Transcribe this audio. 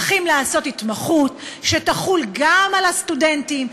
צריכים לעשות התמחות שתחול גם על הסטודנטים,